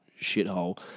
shithole